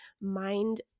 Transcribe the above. mind